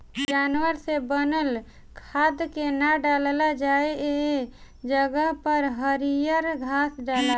जानवर से बनल खाद के ना डालल जाला ए जगह पर हरियर घास डलाला